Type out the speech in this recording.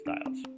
styles